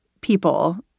people